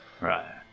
Right